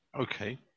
Okay